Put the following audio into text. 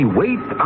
wait